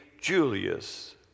Julius